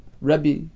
Rabbi